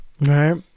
right